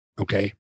okay